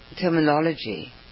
terminology